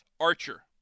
Archer